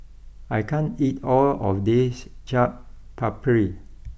I can't eat all of this Chaat Papri